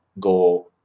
go